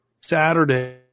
Saturday